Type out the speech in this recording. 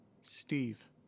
Steve